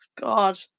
God